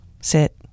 sit